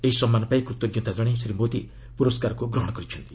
ଏହି ସମ୍ମାନ ପାଇଁ କୃତଜ୍ଞତା ଜଣାଇ ଶ୍ରୀ ମୋଦି ପୁରସ୍କାରକୁ ଗ୍ରହଣ କରିଛନ୍ତି